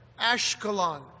Ashkelon